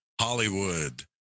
Hollywood